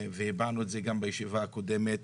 והבענו את זה גם בישיבה הקודמת